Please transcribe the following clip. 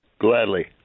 Gladly